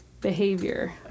behavior